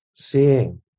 Seeing